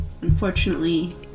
Unfortunately